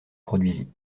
produisit